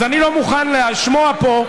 אז אני לא מוכן לשמוע פה,